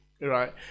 right